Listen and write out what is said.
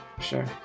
Sure